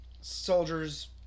soldiers